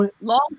long